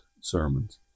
sermons